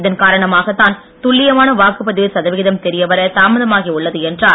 இதன் காரணமாகத்தான் துல்லியமான வாக்குப்பதிவு சதவிகிதம் தெரியவர தாமதமாகி உள்ளது என்றார்